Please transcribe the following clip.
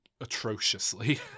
atrociously